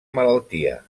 malaltia